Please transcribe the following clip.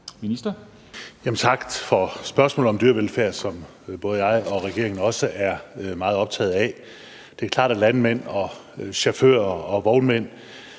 Tak for spørgsmålet om dyrevelfærd, som både jeg og regeringen også er meget optaget af. Det er klart, at landmænd og chauffører og vognmænd